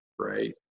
right